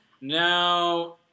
Now